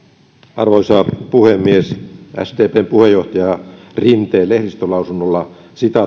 arvoisa puhemies sdpn puheenjohtaja rinteen lehdistölausunto